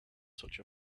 such